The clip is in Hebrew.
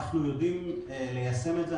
אנחנו יודעים ליישם את זה,